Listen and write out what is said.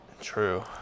True